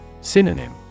Synonym